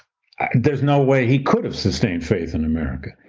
there's no way he could have sustained faith in america.